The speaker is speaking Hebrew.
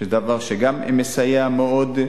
שזה דבר שגם מסייע מאוד,